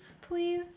please